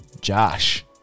Josh